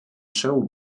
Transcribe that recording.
show